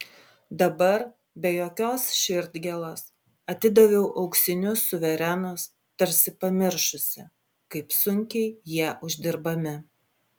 dabar be jokios širdgėlos atidaviau auksinius suverenus tarsi pamiršusi kaip sunkiai jie uždirbami